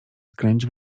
skręć